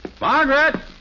Margaret